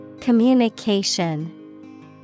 Communication